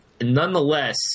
Nonetheless